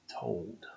told